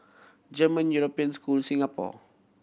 German European School Singapore